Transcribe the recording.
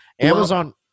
Amazon